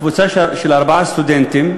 קבוצה של ארבעה סטודנטים,